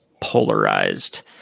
polarized